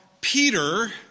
Peter